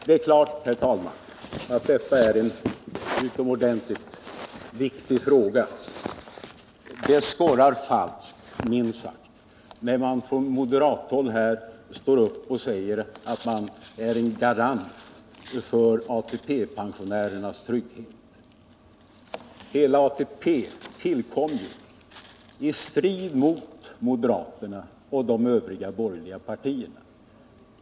Det skorrar minst sagt falskt när en moderat här står upp och säger att moderaterna är en garant för ATP-pensionärernas trygghet. ATP tillkom i strid med moderaterna och de övriga borgerliga partierna.